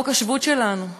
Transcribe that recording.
חוק השבות שלנו,